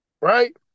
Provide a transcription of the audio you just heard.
right